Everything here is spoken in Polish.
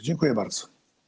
Dziękuję bardzo.